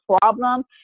problem